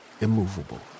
immovable